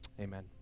Amen